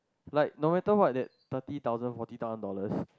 like no matter what that thirty thousand forty thousand dollars